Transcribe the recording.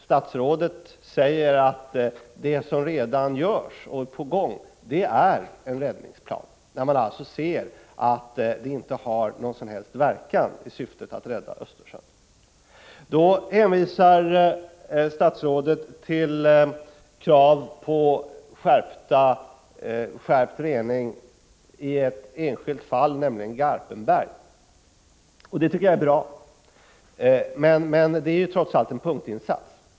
Statsrådet säger att det som redan görs och det som är på gång ingår i en räddningsplan. När man ser att detta inte har någon som helst verkan för att rädda Östersjön blir man dock litet bekymrad. Statsrådet hänvisar till skärpta reningskrav i ett enskilt fall, nämligen i Garpenberg. Dessa krav tycker jag är bra, men det är ju trots allt fråga om en punktinsats.